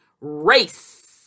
race